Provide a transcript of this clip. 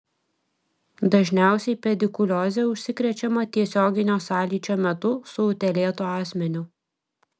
dažniausiai pedikulioze užsikrečiama tiesioginio sąlyčio metu su utėlėtu asmeniu